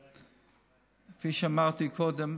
כפי שאמרתי קודם,